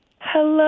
Hello